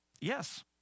Yes